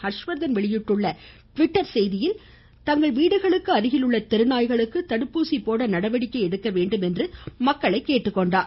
ஹர்ஷ்வர்த்தன் வெளியிட்டுள்ள ட்விட்டர் செய்தியில் தங்கள் வீடுகளுக்கு அருகில் உள்ள தெருநாய்களுக்கு தடுப்பூசி போட நடவடிக்கை எடுக்க வேண்டும் என கேட்டுக்கொண்டுள்ளார்